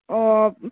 अ'